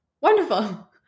Wonderful